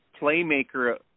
playmaker